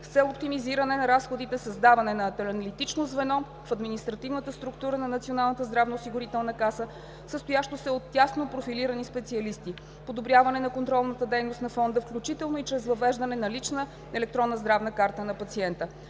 с цел оптимизиране на разходите; създаване на аналитично звено в административната структура на Националната здравноосигурителна каса, състоящо се от тясно профилирани специалисти; подобряване на контролната дейност на Фонда, включително и чрез въвеждане на лична електронна здравна карта на пациента.